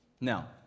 Now